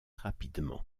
rapidement